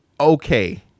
okay